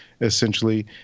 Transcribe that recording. essentially